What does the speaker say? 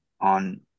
on